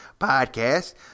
Podcast